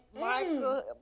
Michael